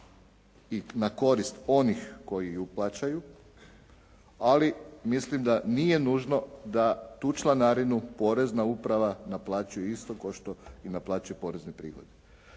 i na korist onih koji ju plaćaju, ali mislim da nije nužno da tu članarinu porezna uprava naplaćuje isto kao što naplaćuje porezne prihode.